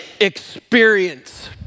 experience